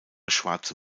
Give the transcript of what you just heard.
schwarze